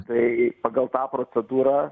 tai pagal tą procedūrą